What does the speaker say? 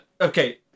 okay